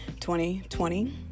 2020